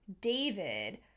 David